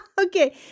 Okay